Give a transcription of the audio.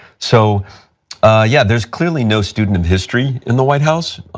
so yeah there is clearly no student of history in the white house,